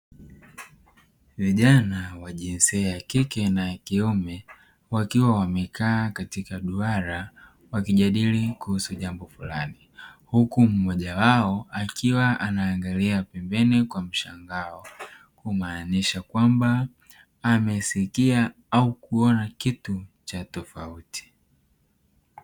Vijana wa jinsia ya kike na ya kiume wakiwa wamekaa katika duara wakijadili kuhusu jambo fulani, huku mmoja wao akiwa anaangalia pembeni kwa mshangao, humaanisha kwamba amesikia au kuona kitu cha tofauti.